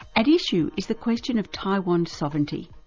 at issue is the question of taiwan's sovereignty.